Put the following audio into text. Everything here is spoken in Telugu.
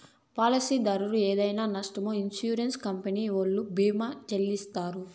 పాలసీదారు ఏదైనా నట్పూమొ ఇన్సూరెన్స్ కంపెనీ ఓల్లు భీమా చెల్లిత్తారు